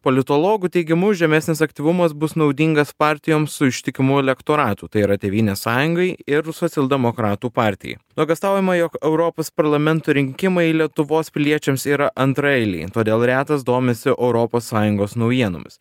politologų teigimu žemesnis aktyvumas bus naudingas partijoms su ištikimu elektoratu tai yra tėvynės sąjungai ir socialdemokratų partijai nuogąstaujama jog europos parlamento rinkimai lietuvos piliečiams yra antraeiliai todėl retas domisi europos sąjungos naujienomis